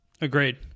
Agreed